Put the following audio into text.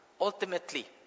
ultimately